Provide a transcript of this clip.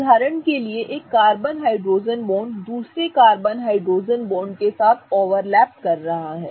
उदाहरण के लिए एक कार्बन हाइड्रोजन बॉन्ड दूसरे कार्बन हाइड्रोजन बॉन्ड के साथ ओवरलैप कर रहा है